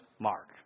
Mark